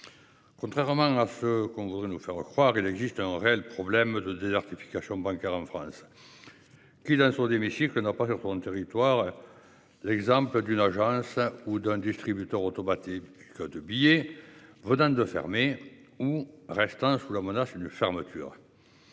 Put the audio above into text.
Contrairement à feu qu'on voudrait nous faire croire, il existe un réel problème de désertification bancaires en France. Qui sont des messieurs que n'a pas sur ton territoire. L'exemple d'une agence ou d'un distributeur automatique de billets redonne de fermer ou reste un ramonage le fermeture.